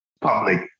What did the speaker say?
public